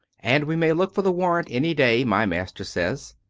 and we may look for the warrant any day, my master says.